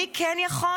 מי כן יכול?